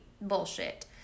bullshit